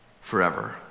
forever